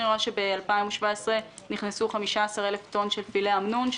אני רואה שב-2017 נכנסו 15,000 טון של פילה אמנון,